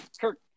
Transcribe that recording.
kirk